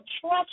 trust